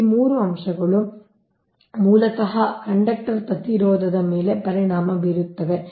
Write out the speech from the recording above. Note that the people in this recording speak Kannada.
ಈ ಮೂರು ಅಂಶಗಳು ಮೂಲತಃ ಕಂಡಕ್ಟರ್ ಪ್ರತಿರೋಧದ ಮೇಲೆ ಪರಿಣಾಮ ಬೀರುತ್ತವೆ